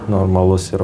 normalus ir